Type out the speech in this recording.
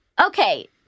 okay